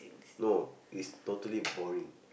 no is totally boring